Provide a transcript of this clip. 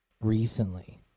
recently